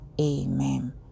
amen